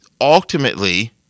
ultimately